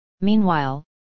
Meanwhile